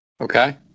Okay